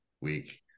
week